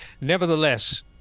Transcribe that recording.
Nevertheless